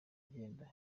agenda